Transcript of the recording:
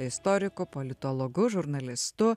istoriku politologu žurnalistu